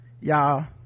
Y'all